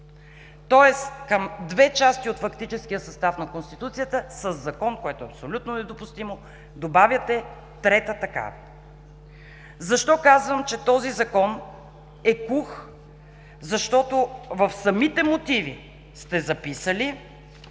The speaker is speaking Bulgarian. Тоест към две части от фактическия състав на Конституцията със закон, което е абсолютно недопустимо, добавяте трета такава. Защо казвам, че този Закон е кух? Защото в самите мотиви сте записали,